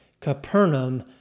Capernaum